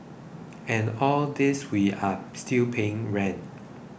and all this we are still paying rent